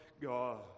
God